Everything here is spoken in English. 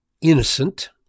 innocent